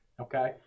okay